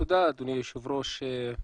תודה, אדוני היושב ראש.